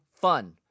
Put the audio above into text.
fun